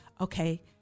Okay